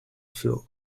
field